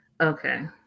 okay